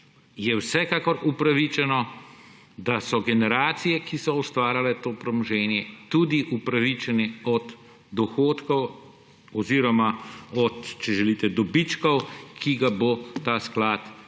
je vsekakor upravičeno, da so generacije, ki so ustvarjale to premoženje, tudi upravičene od dohodkov oziroma od dobičkov, ki ga bo ta sklad